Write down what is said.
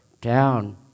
down